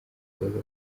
yahoze